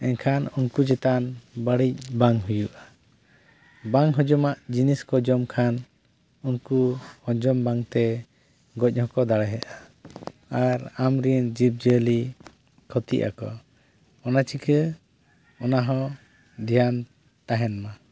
ᱮᱱᱠᱷᱟᱱ ᱩᱱᱠᱩ ᱪᱮᱛᱟᱱ ᱵᱟᱹᱲᱤᱡ ᱵᱟᱝ ᱦᱩᱭᱩᱜᱼᱟ ᱵᱟᱝ ᱦᱚᱡᱚᱢᱟᱜ ᱡᱤᱱᱤᱥ ᱠᱚ ᱡᱚᱢ ᱠᱷᱟᱱ ᱩᱱᱠᱩ ᱦᱚᱡᱚᱢ ᱵᱟᱝᱛᱮ ᱜᱚᱡ ᱦᱚᱸᱠᱚ ᱫᱟᱲᱮᱭᱟᱜᱼᱟ ᱟᱨ ᱟᱢᱨᱮᱱ ᱡᱤᱵᱽᱡᱤᱭᱟᱹᱞᱤ ᱠᱷᱚᱛᱤᱜ ᱟᱠᱚ ᱚᱱᱟ ᱪᱤᱠᱟᱹ ᱚᱱᱟ ᱦᱚᱸ ᱫᱷᱮᱭᱟᱱ ᱛᱟᱦᱮᱱ ᱢᱟ